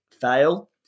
fail